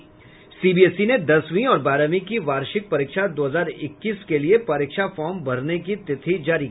CBSE ने दसवीं और बारहवीं की वार्षिक परीक्षा दो हजार इक्कीस के लिए परीक्षा फार्म भरने की तिथि जारी कर दी है